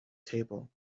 table